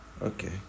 okay